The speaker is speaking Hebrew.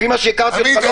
לפי מה שהכרתי אותך,